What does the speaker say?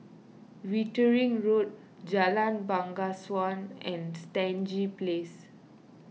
Wittering Road Jalan Bangsawan and Stangee Place